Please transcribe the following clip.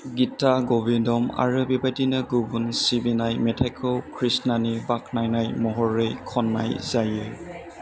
गीता गभिन्दम आरो बेबायदिनो गुबुन सिबिनाय मेथाइखौ कृष्णानि बाख्नायनाय महरै खननाय जायो